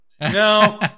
no